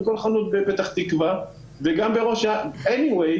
בכל חנות בפתח תקווה וגם בראש העין ובכל